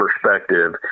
perspective